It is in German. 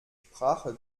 sprache